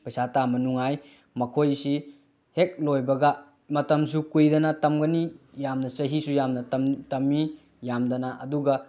ꯄꯩꯁꯥ ꯇꯥꯟꯕ ꯅꯨꯡꯉꯥꯏ ꯃꯈꯣꯏꯁꯤ ꯍꯦꯛ ꯂꯣꯏꯕꯒ ꯃꯇꯝꯁꯨ ꯀꯨꯏꯗꯅ ꯇꯝꯒꯅꯤ ꯌꯥꯝꯅ ꯆꯍꯤꯁꯨ ꯌꯥꯝꯅ ꯇꯝꯃꯤ ꯌꯥꯝꯗꯅ ꯑꯗꯨꯒ